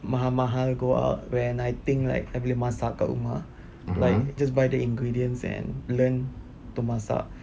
mahal-mahal go out when I think like I boleh masak kat rumah like just buy the ingredients and like learn to masak